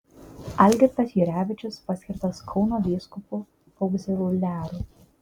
algirdas jurevičius paskirtas kauno vyskupu augziliaru